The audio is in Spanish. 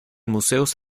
museos